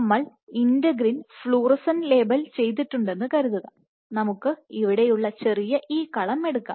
നമ്മൾ integrin fluorescent label ചെയ്തിട്ടുണ്ടെന്ന് കരുതുക നമുക്ക് ഇവിടെയുള്ള ചെറിയ ഈ കളം എടുക്കാം